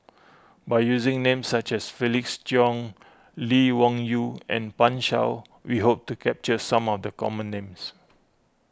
by using names such as Felix Cheong Lee Wung Yew and Pan Shou we hope to capture some of the common names